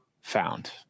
found